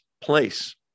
place